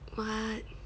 what